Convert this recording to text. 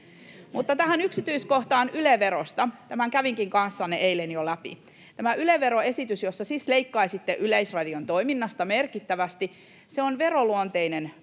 Mutta tähän yksityiskohtaan Yle-verosta: Tämän kävinkin kanssanne eilen jo läpi. Tässä Yle-veroesityksessä siis leikkaisitte Yleisradion toiminnasta merkittävästi, mutta se on veroluonteinen maksu,